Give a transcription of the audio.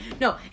No